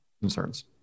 concerns